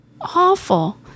awful